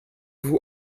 vous